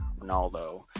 Ronaldo